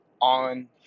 on